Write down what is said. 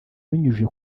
abinyujije